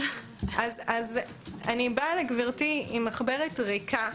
אז אני באה לגברתי עם מחברת ריקה.